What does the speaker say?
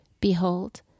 behold